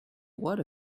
what